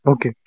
Okay